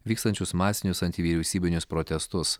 vykstančius masinius antivyriausybinius protestus